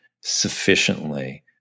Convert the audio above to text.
sufficiently